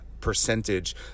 percentage